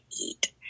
eat